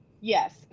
Yes